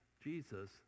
Jesus